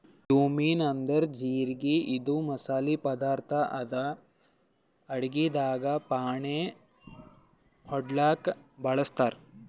cumin ಅಂದ್ರ ಜಿರಗಿ ಇದು ಮಸಾಲಿ ಪದಾರ್ಥ್ ಅದಾ ಅಡಗಿದಾಗ್ ಫಾಣೆ ಹೊಡ್ಲಿಕ್ ಬಳಸ್ತಾರ್